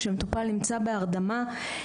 כשהמטופל נמצא בהרדמה.